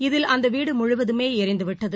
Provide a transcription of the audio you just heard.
இதில் அந்த வீடு முழுவதுமே ளிந்து விட்டது